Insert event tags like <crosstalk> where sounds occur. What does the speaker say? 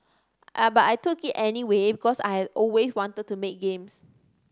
<unintelligible> but I took it anyway because I had always wanted to make games